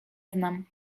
znam